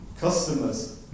customers